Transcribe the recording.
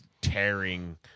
tearing